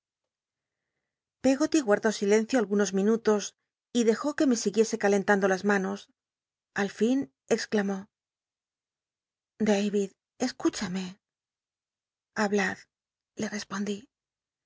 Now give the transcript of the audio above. pcggoly guardó silencio al unos minutos y dcjit qua mé siguiese calentando las manos al fin exclamó dayid escnchadmc hablad le respondí